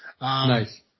Nice